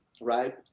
right